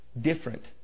different